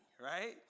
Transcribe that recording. right